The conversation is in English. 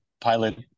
pilot